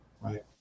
right